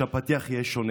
שהפתיח יהיה שונה.